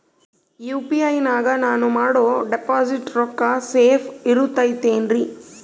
UPI ನಾಗ ನಾನು ಮಾಡೋ ಡಿಪಾಸಿಟ್ ರೊಕ್ಕ ಸೇಫ್ ಇರುತೈತೇನ್ರಿ?